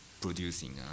producing